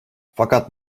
fakat